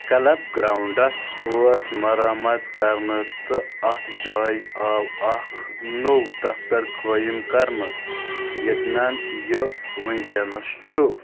club grounds اوس مرمت كرنہٕ تہٕ اَتھ جایہِ آو اکھ نوٚو دفتر قٲیِم كرنہٕ ییٚتیٚن یہِ وُنٛکیٚن چھُ